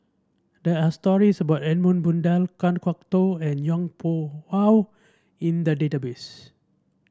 there are stories about Edmund Blundell Kan Kwok Toh and Yong Pung How in the database